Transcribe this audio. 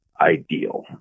ideal